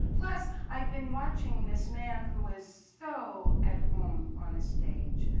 plus, i've been watching this man who is so at home on a stage,